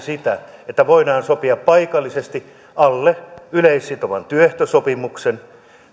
sitä että voidaan sopia paikallisesti alle yleissitovan työehtosopimuksen